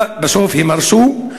בסוף הם הרסו.